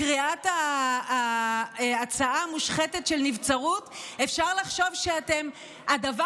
מקריאת ההצעה המושחתת של הנבצרות אפשר לחשוב שהדבר